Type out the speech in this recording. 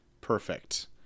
perfect